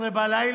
למה ב-24:00?